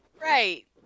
right